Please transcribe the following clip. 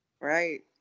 right